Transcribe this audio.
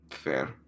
fair